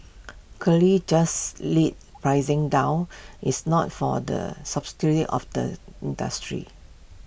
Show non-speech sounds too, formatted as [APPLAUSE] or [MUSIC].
clear just lead pricing down it's not for the [UNINTELLIGIBLE] of the industry